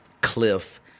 cliff